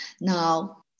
Now